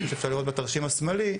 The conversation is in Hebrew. כשאפשר לראות בתרשים השמאלי,